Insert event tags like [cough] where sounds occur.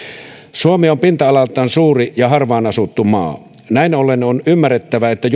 suomi on pinta alaltaan suuri ja harvaan asuttu maa näin ollen on ymmärrettävää että [unintelligible]